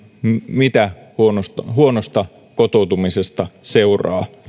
mitä huonosta huonosta kotoutumisesta seuraa